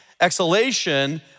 exhalation